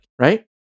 right